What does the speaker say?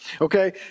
okay